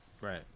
Right